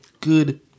Good